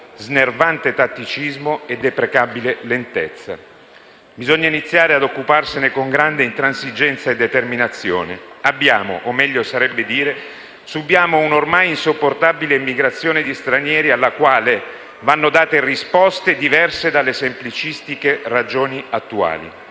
snervante tatticismo e deprecabile lentezza. Bisogna iniziare ad occuparsene con grande intransigenza e determinazione. Abbiamo, o meglio sarebbe dire che subiamo un'ormai insopportabile immigrazione di stranieri, alla quale vanno date risposte diverse dalle semplicistiche ragioni attuali.